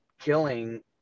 killing